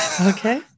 Okay